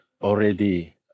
already